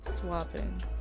swapping